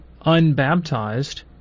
unbaptized